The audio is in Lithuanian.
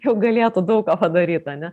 jau galėtų daug ką padaryt ane